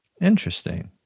Interesting